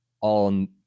on